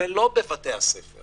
ולא בבתי הספר